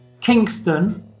Kingston